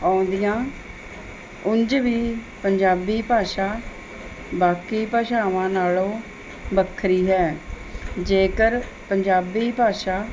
ਆਉਂਦੀਆਂ ਉਂਝ ਵੀ ਪੰਜਾਬੀ ਭਾਸ਼ਾ ਬਾਕੀ ਭਾਸ਼ਾਵਾਂ ਨਾਲੋਂ ਵੱਖਰੀ ਹੈ ਜੇਕਰ ਪੰਜਾਬੀ ਭਾਸ਼ਾ